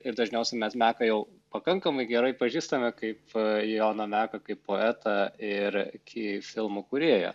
ir dažniausiai mes meką jau pakankamai gerai pažįstame kaip joną meką kaip poetą ir ki filmų kūrėją